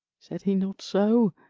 said he not so?